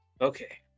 okay